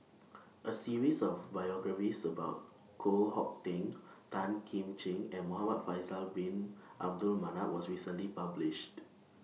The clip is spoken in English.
A series of biographies about Koh Hong Teng Tan Kim Ching and Muhamad Faisal Bin Abdul Manap was recently published